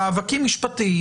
מאבקים משפטיים,